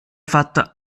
fatta